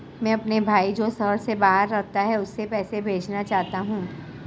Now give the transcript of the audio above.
मैं अपने भाई जो शहर से बाहर रहता है, उसे पैसे भेजना चाहता हूँ